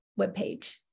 webpage